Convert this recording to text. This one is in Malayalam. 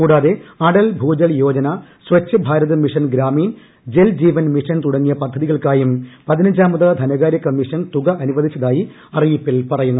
കൂടാതെ അടൽ ഭൂജൽ യോജന സ്വച്ഛ് ഭാരത് മിഷൻ ഗ്രാമീൺ ജൽ ജീവൻ മിഷൻ തുടങ്ങിയ പദ്ധതികൾക്കായും പതിനഞ്ചാമത് ധനകാര്യ കമ്മീഷൻ തുക അനുവദിച്ചതായി അറിയിപ്പിൽ പറയുന്നു